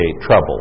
trouble